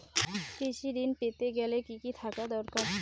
কৃষিঋণ পেতে গেলে কি কি থাকা দরকার?